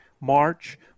March –